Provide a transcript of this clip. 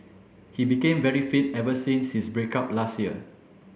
he became very fit ever since his break up last year